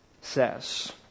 says